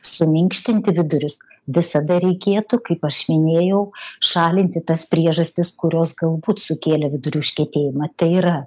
suminkštinti vidurius visada reikėtų kaip aš minėjau šalinti tas priežastis kurios galbūt sukėlė vidurių užkietėjimą tai yra